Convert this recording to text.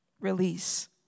release